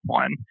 one